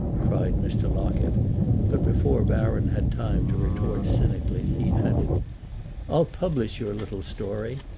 cried mr. locket but before baron had time to retort cynically he added i'll publish your little story.